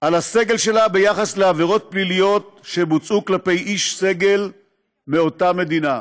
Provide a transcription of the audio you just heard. על הסגל שלה ביחס לעבירות פליליות שבוצעו כלפי איש סגל מאותה מדינה.